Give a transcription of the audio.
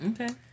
Okay